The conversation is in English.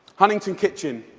huntington's kitchen.